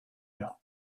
heures